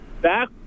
Back